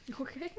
Okay